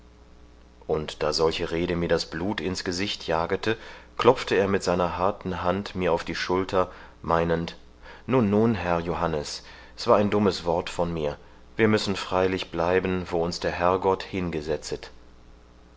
und da solche rede mir das blut ins gesicht jagete klopfte er mit seiner harten hand mir auf die schulter meinend nun nun herr johannes s war ein dummes wort von mir wir müssen freilich bleiben wo uns der herrgott hingesetzet